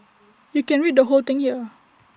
you can read the whole thing here